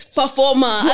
performer